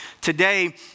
today